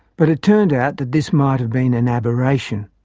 but it turned out that this might have been an aberration.